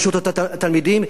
לרשות התלמידים,